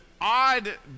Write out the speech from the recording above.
odd